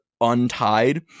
untied